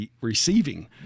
receiving